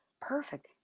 perfect